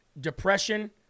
depression